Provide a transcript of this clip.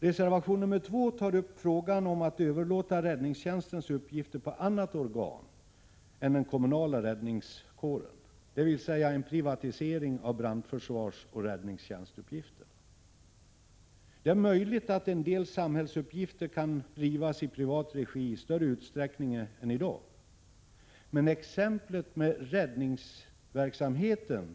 Reservation 2 tar upp frågan om att överlåta räddningstjänstens uppgifter på annat organ än den kommunala räddningskåren, dvs. en privatisering av brandförsvarsoch räddningstjänstuppgifter. Det är möjligt att en del samhällsuppgifter kan drivas i privat regi i större utsträckning än i dag. Men exemplet med räddningsverksamheten